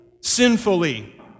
sinfully